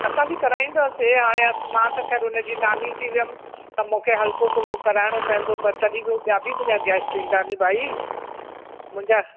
असां बि कराईंदासीं हाणे अस मां त खैर उनजी नानी थी वियमि त मूंखे हल्को फ़ुल्को कराइणो पवंदो पर तॾहिं बि ॿिया बि मुंहिंजा गेस्ट ईंदा नी भाई मुंहिंजा